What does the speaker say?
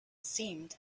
seemed